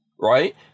right